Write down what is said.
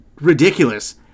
ridiculous